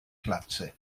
glatze